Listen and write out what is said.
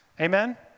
Amen